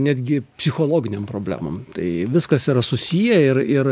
netgi psichologinėm problemom tai viskas yra susiję ir ir